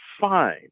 fine